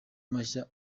mashya